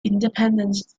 independence